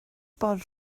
bod